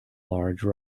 large